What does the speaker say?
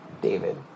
David